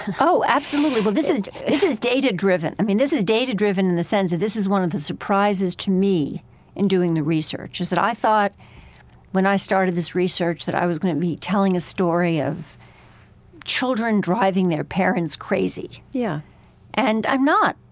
oh, absolutely. well, this is this is data-driven. i mean, this is data-driven in the sense that this is one of the surprises to me in doing the research. is that i thought when i started this research that i was going to be telling a story of children driving their parents crazy yeah and i'm not.